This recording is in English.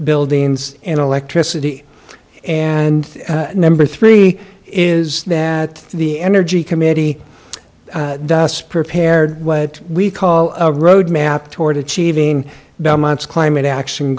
buildings and electricity and number three is that the energy committee thus prepared what we call a roadmap toward achieving belmont's climate action